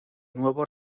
nuevo